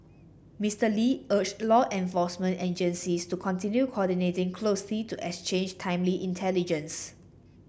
Mister Lee urged law enforcement agencies to continue coordinating closely to exchange timely intelligence